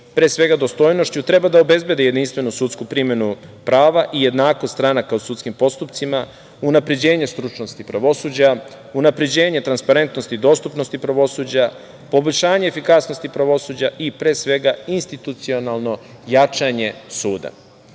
pre svega, dostojnošću treba da obezbedi jedinstvenu sudsku primenu prava i jednakost stranaka u sudskim postupcima, unapređenje stručnosti pravosuđa, unapređenje transparentnosti i dostupnosti pravosuđa, poboljšanje efikasnosti pravosuđa i, pre svega, institucionalno jačanje